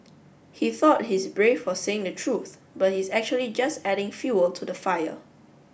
he thought he's brave for saying the truth but he's actually just adding fuel to the fire